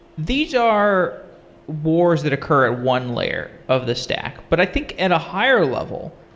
these are wars that occur at one layer of the stack. but i think at a higher level,